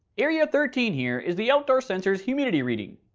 area thirteen here, is the outdoor sensor's humidity reading.